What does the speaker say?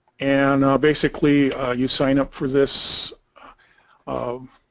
and basically you sign up for this of